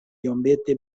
iomete